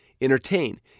Entertain